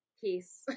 peace